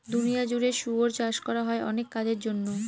দুনিয়া জুড়ে শুয়োর চাষ করা হয় অনেক কাজের জন্য